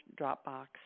Dropbox